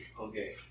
Okay